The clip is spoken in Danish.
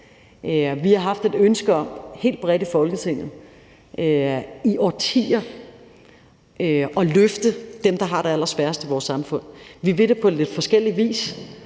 Vi har helt bredt i Folketinget i årtier haft et ønske om at løfte dem, der har det allersværest i vores samfund. Vi vil det på en lidt forskellig vis,